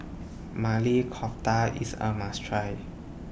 Maili Kofta IS A must Try